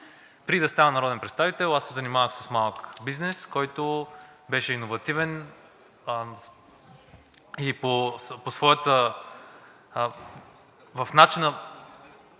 Преди да стана народен представител, аз се занимавах с малък бизнес, който беше иновативен, и начина,